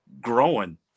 growing